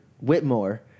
Whitmore